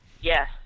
Yes